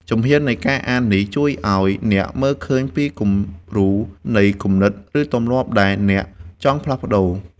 ជំហាននៃការអាននេះ ជួយឱ្យអ្នកមើលឃើញពីគំរូនៃគំនិត ឬទម្លាប់ដែលអ្នកចង់ផ្លាស់ប្តូរ។